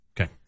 Okay